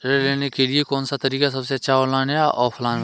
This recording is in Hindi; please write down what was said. ऋण लेने के लिए कौन सा तरीका सबसे अच्छा है ऑनलाइन या ऑफलाइन बताएँ?